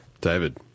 David